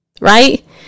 Right